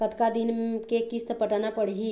कतका दिन के किस्त पटाना पड़ही?